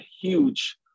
huge